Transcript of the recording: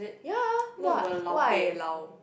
ya !wah! !wah! eh lao